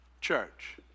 Church